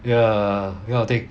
ya this kind of thing